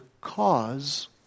cause